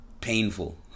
painful